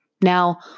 Now